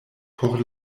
por